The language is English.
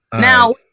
Now